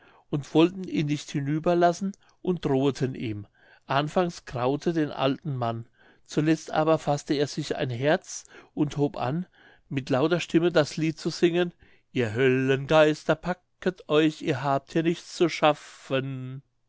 und wollten ihn nicht hinüberlassen und droheten ihm anfangs graute den alten mann zuletzt aber faßte er sich ein herz und hob an mit lauter stimme das lied zu singen ihr höllengeister packet euch ihr habt hier nichts zu schaffen